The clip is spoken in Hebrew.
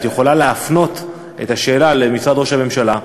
את יכולה להפנות את השאלה למשרד ראש הממשלה,